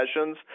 sessions